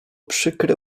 przykre